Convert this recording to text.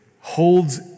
holds